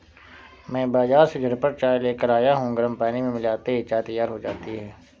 मैं बाजार से झटपट चाय लेकर आया हूं गर्म पानी में मिलाते ही चाय तैयार हो जाती है